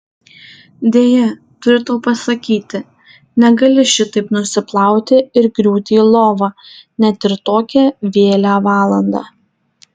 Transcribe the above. deja turiu tau pasakyti negali šitaip nusiplauti ir griūti į lovą net ir tokią vėlią valandą